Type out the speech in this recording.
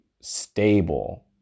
stable